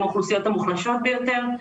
זאת האוכלוסייה המוחלשת ביותר.